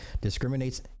discriminates